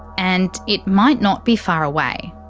and it might not be far away.